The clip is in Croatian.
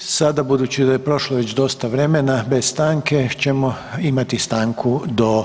Sada budući da je prošlo već dosta vremena bez stanke ćemo imati stanku do